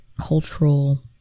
cultural